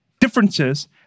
differences